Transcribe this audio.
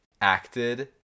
acted